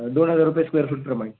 दोन हजार रूपये आहे स्क्वेअरफुटप्रमाणे